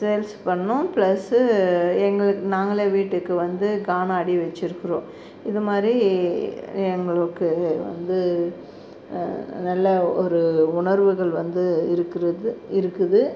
sales பண்ணோம் plus எங்களுக்கு நாங்களே வீட்டுக்கு வந்து காண ஆடி வச்சுருக்குறோம் இது மாரி எங்களுக்கு வந்து நல்ல ஒரு உணர்வுகள் வந்து இருக்கிறது இருக்குது